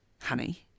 honey